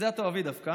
את זה את תאהבי דווקא.